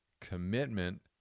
commitment